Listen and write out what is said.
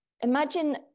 imagine